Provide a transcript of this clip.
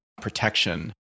protection